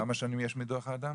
כמה שנים יש מדוח אדם?